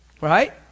Right